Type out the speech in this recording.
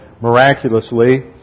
miraculously